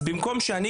אז במקום שאני,